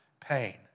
pain